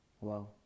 Wow